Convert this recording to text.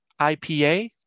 IPA